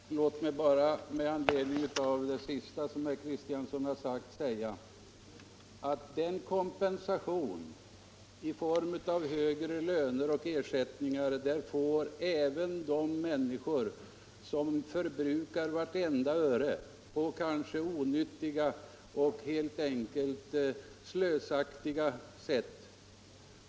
Herr talman! Låt mig bara med anledning av herr Kristianssons senaste inlägg säga att den kompensation som utgår i form av högre löner och ersättningar får även de slösaktiga människor som förbrukar vartenda öre, delvis på helt onyttiga ting.